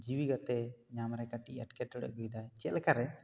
ᱡᱤᱣᱤ ᱜᱟᱛᱮ ᱧᱟᱢ ᱨᱮ ᱠᱟᱹᱴᱤᱡ ᱮᱴᱠᱮᱴᱚᱬᱮ ᱟᱹᱜᱩᱭᱮᱫᱟᱭ ᱪᱮᱫ ᱞᱮᱠᱟ ᱨᱮ